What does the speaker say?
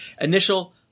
initial